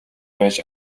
байж